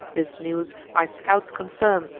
this news my scouts confirm,